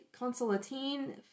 Consolatine